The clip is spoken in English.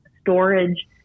storage